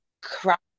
crap